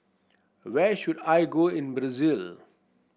where should I go in Brazil